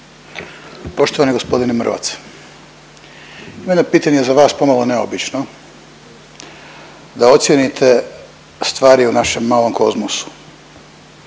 Poštovani g. Mrvac. Imam jedno pitanje za vas pomalo neobično da ocijenite stvari u našem malom kozmosu.